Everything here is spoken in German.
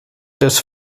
des